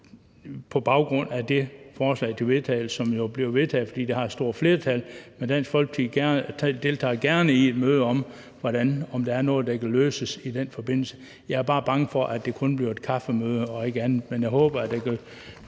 på baggrund af det forslag til vedtagelse, der blev fremsat før, som jo vil blive vedtaget, fordi det har et stort flertal. Men Dansk Folkeparti deltager gerne i et møde om, om der er noget, der kan løses i den forbindelse. Jeg er bare bange for, at det kun bliver et kaffemøde og ikke andet; men jeg håber, at der kan